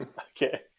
Okay